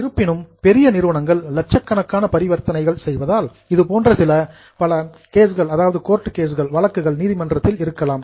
இருப்பினும் பெரிய நிறுவனங்கள் லட்சக்கணக்கான டிரன்சாக்சன்ஸ் பரிவர்த்தனைகள் செய்வதால் இதுபோன்ற சில பல கோர்ட் கேஸ்சஸ் வழக்குகள் நீதிமன்றத்தில் இருக்கலாம்